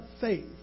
faith